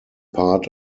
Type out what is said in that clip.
part